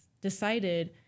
decided